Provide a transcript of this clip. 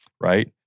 right